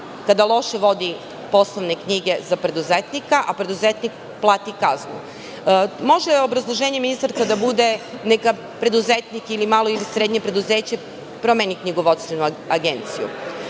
kada loše vodi poslovne knjige za preduzetnika, a preduzetnik plati kaznu? Može obrazloženje, ministarka, da bude – neka preduzetnik ili malo ili srednje preduzeće promeni knjigovodstvenu agenciju,